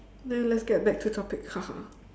then let's get back to topic